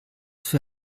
für